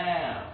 Now